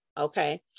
Okay